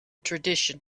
tradition